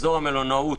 אזור המלונאות